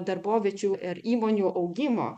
darboviečių ir įmonių augimo